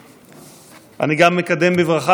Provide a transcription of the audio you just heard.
אני גם מקדם בברכה,